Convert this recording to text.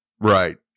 Right